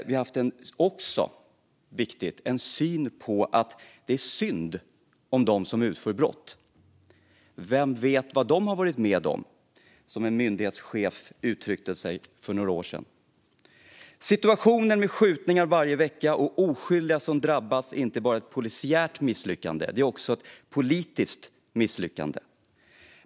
Vi har också haft, vilket är viktigt, synen att det är synd om dem som begår brott. Vem vet vad de har varit med om, som en myndighetschef uttryckte sig för några år sedan. Situationen med skjutningar varje vecka och oskyldiga som drabbas är inte bara ett polisiärt misslyckande. Det är också ett politiskt misslyckande.